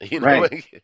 right